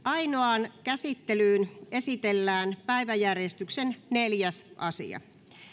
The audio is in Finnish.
ainoaan käsittelyyn esitellään päiväjärjestyksen neljäs asia